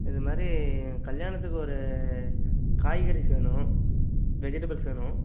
இது மாதிரி கல்யாணத்துக்கு ஒரு காய்கறிஸ் வேணும் வெஜிடபிள்ஸ் வேணும்